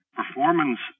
performance